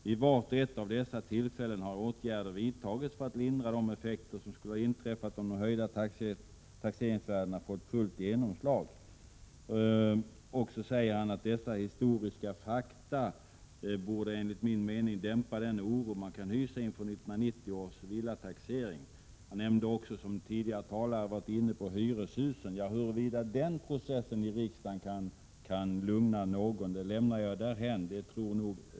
Vid vart och ett av dessa tillfällen har åtgärder vidtagits för att lindra de effekter som skulle ha inträffat om de höjda taxeringsvärdena fått fullt genomslag.” Vidare säger finansministern: ”Dessa historiska fakta borde enligt min mening dämpa den oro man kan hysa inför 1990 års villataxering.” Han nämnde också, vilket tidigare talare har varit inne på, hyreshusen. Frågan huruvida den processen i riksdagen kan lugna någon lämnar jag därhän. I den här kammaren är det nog bara Prot.